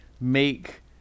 make